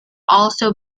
also